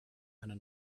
eine